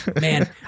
Man